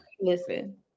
listen